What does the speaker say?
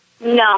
No